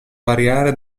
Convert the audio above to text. variare